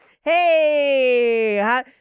Hey